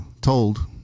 told